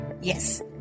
Yes